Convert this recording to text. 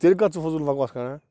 تیٚلہِ کَتھ ژٕ فضوٗل بکواس کَران